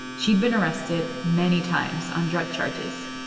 she'd been arrested many times on drug charges.